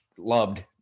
Loved